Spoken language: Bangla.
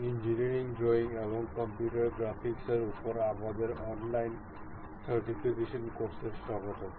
ইঞ্জিনিয়ারিং ড্রয়িং এবং কম্পিউটার গ্রাফিক্স এর উপর আমাদের অনলাইন সার্টিফিকেশন কোর্সে স্বাগতম